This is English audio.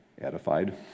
edified